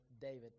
David